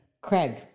Craig